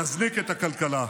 נזניק את הכלכלה.